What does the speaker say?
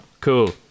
Cool